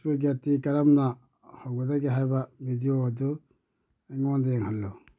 spaghetti ꯀꯔꯝꯅ ꯍꯧꯒꯗꯒꯦ ꯍꯥꯏꯕ video ꯑꯗꯨ ꯑꯩꯉꯣꯟꯗ ꯌꯦꯡꯍꯜꯂꯨ